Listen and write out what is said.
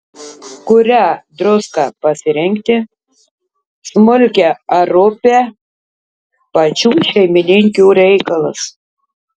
kurią druską pasirinkti smulkią ar rupią pačių šeimininkių reikalas